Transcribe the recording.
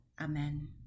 Amen